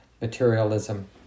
materialism